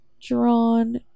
drawn